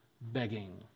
begging